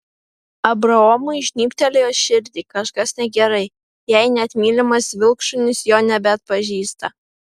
abraomui žnybtelėjo širdį kažkas negerai jei net mylimas vilkšunis jo nebeatpažįsta